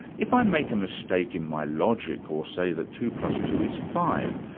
if i make a mistake in my logic or say that two plus two is five,